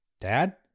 Dad